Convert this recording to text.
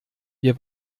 wir